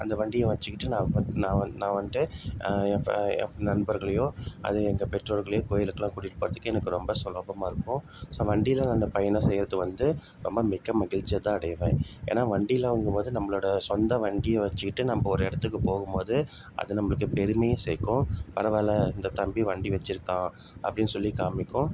அந்த வண்டியை வச்சுக்கிட்டு நான் வந் நான் வந் நான் வந்து என் ஃபெ ஃப் என் நண்பர்களையோ அதே எங்கள் பெற்றோர்களையோ கோயிலுக்கெல்லாம் கூட்டிகிட்டு போகிறதுக்கு எனக்கு ரொம்ப சுலபமாக இருக்கும் ஸோ வண்டியில் நான் பயணம் செய்கிறது வந்து ரொம்ப மிக்க மகிழ்ச்சிய தான் அடைவேன் ஏன்னால் வண்டியெலாம் வாங்கும் போது நம்மளோட சொந்த வண்டியை வைச்சுக்கிட்டு நம்ம ஒரு இடத்துக்கு போகும் போது அது நம்மளுக்கு பெருமையும் சேர்க்கும் பரவாயில்ல இந்த தம்பி வண்டி வெச்சுருக்கான் அப்படின்னு சொல்லி காமிக்கும்